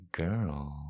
girl